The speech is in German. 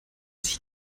sich